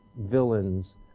villains